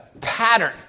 pattern